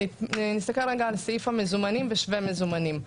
נסתכל רגע על סעיף המזומנים ושווה מזומנים,